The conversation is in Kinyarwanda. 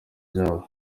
byabo